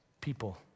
people